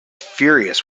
furious